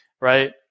right